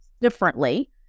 differently